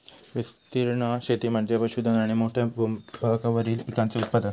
विस्तीर्ण शेती म्हणजे पशुधन आणि मोठ्या भूभागावरील पिकांचे उत्पादन